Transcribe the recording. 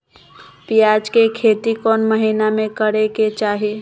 प्याज के खेती कौन महीना में करेके चाही?